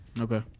Okay